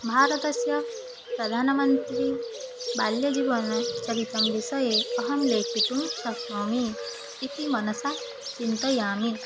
भारतस्य प्रधानमन्त्रीबाल्यजीवनचरितं विषये अहं लेखितुं शक्नोमि इति मनसा चिन्तयामि